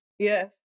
Yes